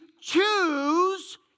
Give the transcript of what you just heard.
choose